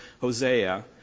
Hosea